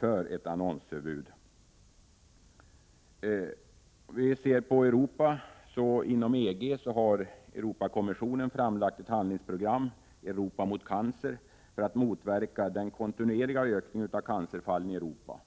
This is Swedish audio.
för ett annonsförbud. Inom EG har Europakommissionen framlagt ett handlingsprogram ”Europa mot cancer” för att motverka den kontinuerliga ökningen av cancerfallen i Europa.